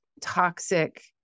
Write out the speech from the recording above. toxic